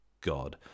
God